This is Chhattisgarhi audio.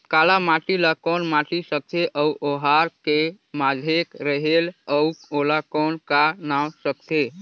काला माटी ला कौन माटी सकथे अउ ओहार के माधेक रेहेल अउ ओला कौन का नाव सकथे?